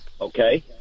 Okay